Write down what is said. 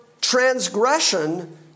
transgression